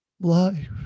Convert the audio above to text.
life